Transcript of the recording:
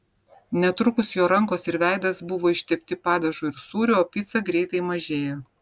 netrukus jo rankos ir veidas buvo ištepti padažu ir sūriu o pica greitai mažėjo